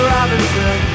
Robinson